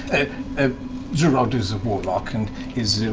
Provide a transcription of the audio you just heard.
ah ah jerahd is a warlock and is